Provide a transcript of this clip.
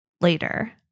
later